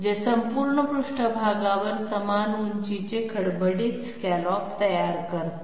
जे संपूर्ण पृष्ठभागावर समान उंचीचे खडबडीत स्कॅलॉप तयार करते